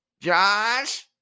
Josh